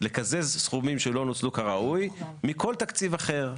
לקזז סכומים שלא נוצלו כראוי, מכל תקציב אחר.